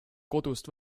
kodust